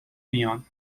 بیان